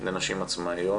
לנשים עצמאיות.